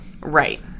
right